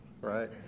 right